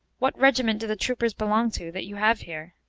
what regiment do the troopers belong to that you have here?